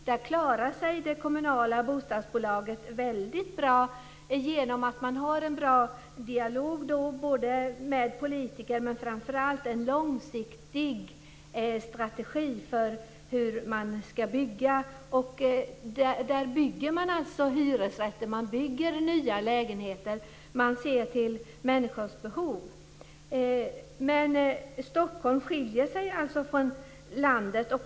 Där klarar sig det kommunala bostadsbolaget väldigt bra genom att man för en bra dialog med politiker och framför allt genom att man har en långsiktig strategi för hur det ska byggas. Man bygger nya hyresrätter och man ser till människors behov. Stockholm skiljer sig alltså från övriga landet.